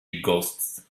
ghosts